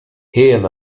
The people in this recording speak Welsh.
hen